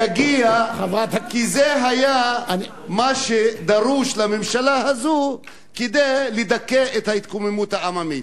שזה יגיע כי זה מה שהיה דרוש לממשלה הזאת כדי לדכא את ההתקוממות העממית.